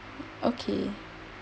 okay